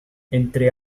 entre